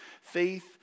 faith